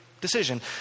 decision